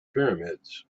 pyramids